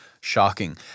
shocking